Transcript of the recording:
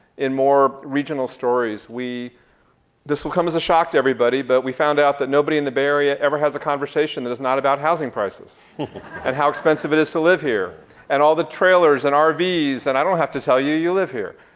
in more regional stories. this will come as a shock to everybody, but we found out that nobody in the bay area ever has a conversation that is not about housing prices and how expensive it is to live here and all the trailers and um rvs. and i don't have to tell you, you live here.